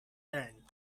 turn